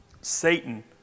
Satan